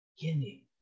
Beginning